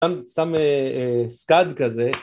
‫שם סקאד כזה.